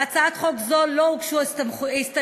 להצעת חוק זו לא הוגשו הסתייגויות,